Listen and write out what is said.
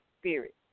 spirit